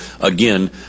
again